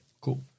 Cool